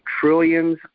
trillions